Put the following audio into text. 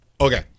Okay